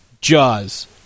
Jaws